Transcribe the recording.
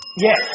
Yes